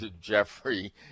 Jeffrey